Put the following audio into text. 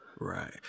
Right